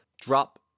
drop